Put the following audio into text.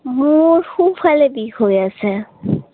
মোৰ সোঁফালে বিষ হৈ আছে